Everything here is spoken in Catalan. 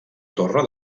torre